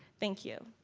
thank you.